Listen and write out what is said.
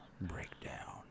Breakdown